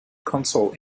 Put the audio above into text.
console